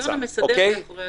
זה היגיון המסדר מאחורי הדברים.